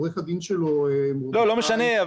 עורך הדין שלו --- לא משנה,